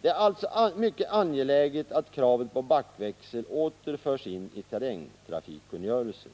Det är alltså mycket angeläget att kravet på backväxel åter förs in i terrängtrafikkungörelsen.